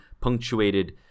punctuated